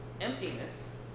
emptiness